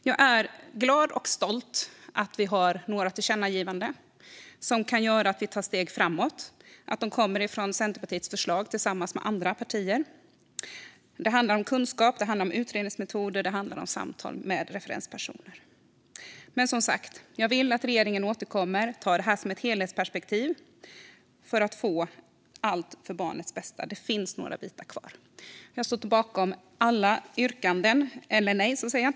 Jag är glad och stolt över att vi har några tillkännagivanden som kan göra att vi tar steg framåt och att de kommer från Centerpartiets förslag tillsammans med andra partier. Det handlar om kunskap, utredningsmetoder och samtal med referenspersoner. Jag vill, som sagt, att regeringen återkommer och har ett helhetsperspektiv på detta för att få allt att bli för barnets bästa. Det finns några bitar kvar.